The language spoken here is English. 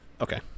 okay